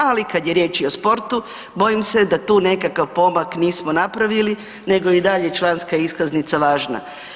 Ali kad je riječ i o sportu, bojim se da tu nekakav pomak nismo napravili nego je i dalje članska iskaznica važna.